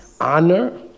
honor